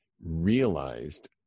realized